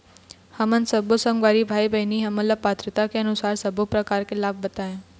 हमन सब्बो संगवारी भाई बहिनी हमन ला पात्रता के अनुसार सब्बो प्रकार के लाभ बताए?